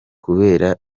kubera